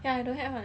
ya